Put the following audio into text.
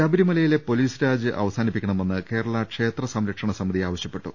ശബരിമലയിലെ പൊലീസ്രാജ് അവസാനിപ്പിക്കണമെന്ന് കേരളാ ക്ഷേത്ര സംരക്ഷണ സമിതി ആവശ്യപ്പെട്ടു